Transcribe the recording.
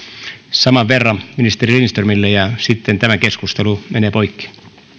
saman verran ministeri lindströmille ja sitten tämä keskustelu menee poikki